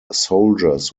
soldiers